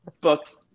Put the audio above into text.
books